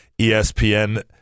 ESPN